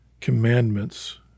commandments